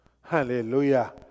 Hallelujah